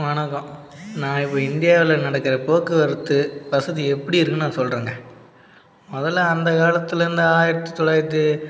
வணக்கம் நான் இப்போ இந்தியாவில் நடக்கிற போக்குவரத்து வசதி எப்படி இருக்குன்னு நான் சொல்லுறேங்க முதல்ல அந்த காலத்துலேருந்து ஆயிரத்து தொள்ளாயிரத்து